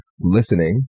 listening